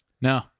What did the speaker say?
No